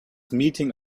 meeting